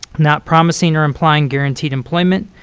not promising or implying guaranteed employment,